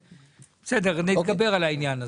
בסדר נתגבר על העניין הזה,